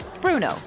Bruno